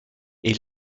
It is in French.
est